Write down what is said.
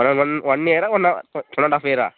one one இயரா one and half இயரா